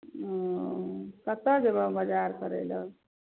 ओ कतऽ जेबै बजार करए लऽ